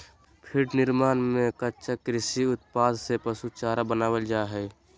feed निर्माण में कच्चा कृषि उत्पाद से पशु चारा बनावल जा हइ